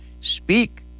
speak